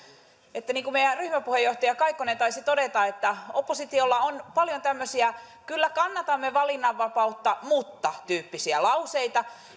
että niin kuin meidän ryhmän puheenjohtaja kaikkonen taisi todeta oppositiolla on paljon tämmöisiä kyllä kannatamme valinnanvapautta mutta tyyppisiä lauseita